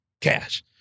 cash